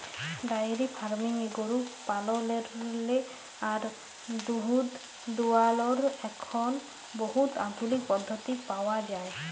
diary ফার্মিংয়ে গরু পাললেরলে আর দুহুদ দুয়ালর এখল বহুত আধুলিক পদ্ধতি পাউয়া যায়